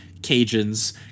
Cajuns